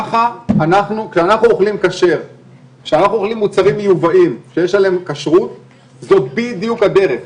כשאנחנו אוכלים מוצרים מיובאים שיש עליהם כשרות זו בדיוק הדרך,